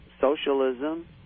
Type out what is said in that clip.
socialism